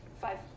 five